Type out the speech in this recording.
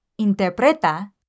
interpreta